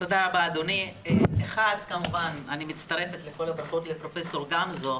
אדוני יו"ר הוועדה ופרופ' גמזו,